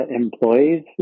employees